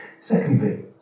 Secondly